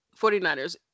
49ers